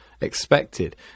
expected